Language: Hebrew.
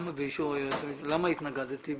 מי נגד?